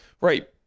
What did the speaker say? right